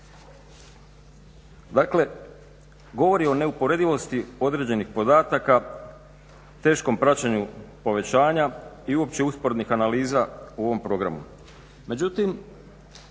Dakle govori o neuporedivosti određenih podataka, teškom praćenju povećanja i uopće usporednih analiza u ovom programu.